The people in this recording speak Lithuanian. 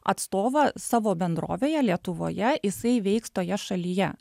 atstovą savo bendrovėje lietuvoje jisai veiks toje šalyje